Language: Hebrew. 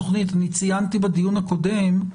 ציינתי בדיון הקודם,